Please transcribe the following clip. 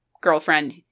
girlfriend –